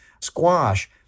squash